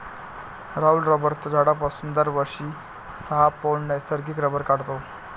राहुल रबराच्या झाडापासून दरवर्षी सहा पौंड नैसर्गिक रबर काढतो